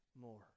more